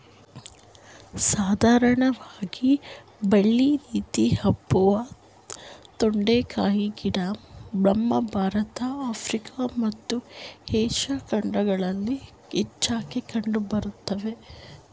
ಸಾಧಾರಣವಾಗಿ ಬಳ್ಳಿ ರೀತಿ ಹಬ್ಬುವ ತೊಂಡೆಕಾಯಿ ಗಿಡ ನಮ್ಮ ಭಾರತ ಆಫ್ರಿಕಾ ಮತ್ತು ಏಷ್ಯಾ ಖಂಡಗಳಲ್ಲಿ ಹೆಚ್ಚಾಗಿ ಕಂಡು ಬರ್ತದೆ